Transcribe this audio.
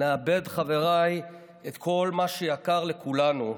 נאבד, חבריי, את כל מה שיקר לכולנו,